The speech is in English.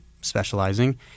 specializing